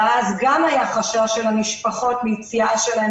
ואז גם היה חשש של המשפחות מיציאה שלהם